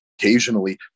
occasionally